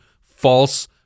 false